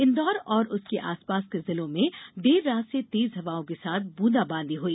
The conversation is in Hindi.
इंदौर और उसके आसपास के जिलों में देर रात से तेज हवाओं के साथ ब्रंदाबांदी हई